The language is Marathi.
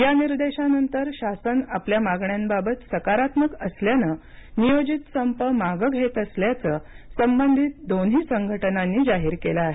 या निर्देशांनंतर शासन आपल्या मागण्यांबाबत सकारात्मक असल्यानं नियोजित संप मागे घेत असल्याचं संबंधित दोन्ही संघटनांनी जाहीर केलं आहे